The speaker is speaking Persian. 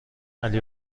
علی